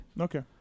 Okay